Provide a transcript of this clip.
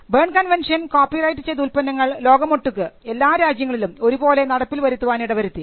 burn convention copyright ചെയ്ത ഉൽപ്പന്നങ്ങൾ ലോകമൊട്ടുക്ക് എല്ലാ രാജ്യങ്ങളിലും ഒരുപോലെ നടപ്പിൽ വരുത്താൻ ഇടവരുത്തി